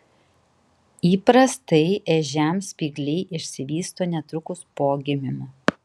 įprastai ežiams spygliai išsivysto netrukus po gimimo